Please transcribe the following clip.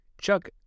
Chuck